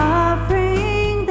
offering